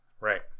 right